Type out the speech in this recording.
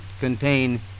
contain